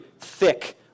thick